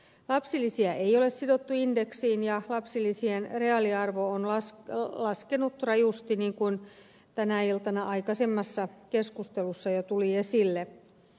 lapsilisiä ei ole sidottu indeksiin ja lapsili sien reaaliarvo on laskenut rajusti niin kuin tänä iltana aikaisemmassa keskustelussa jo tuli esille